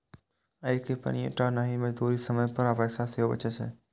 अय से पानिये टा नहि, मजदूरी, समय आ पैसा सेहो बचै छै